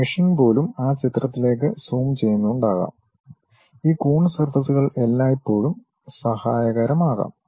meshing പോലും ആ ചിത്രത്തിലേക്ക് സൂം ചെയ്യുന്നുണ്ടാകാം ഈ കൂൺസ് സർഫസ്കൾ എല്ലായ്പ്പോഴും സഹായകരമാകും